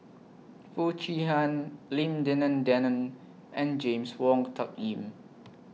Foo Chee Han Lim Denan Denon and James Wong Tuck Yim